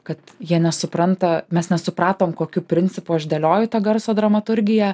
kad jie nesupranta mes nesupratom kokiu principu aš dėlioju tą garso dramaturgiją